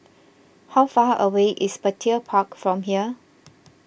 how far away is Petir Park from here